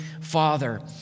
Father